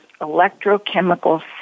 electrochemical